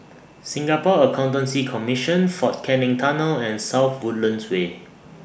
Singapore Accountancy Commission Fort Canning Tunnel and South Woodlands Way